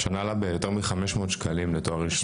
ביותר מ-500 שקלים לתואר ראשון.